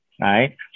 right